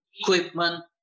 equipment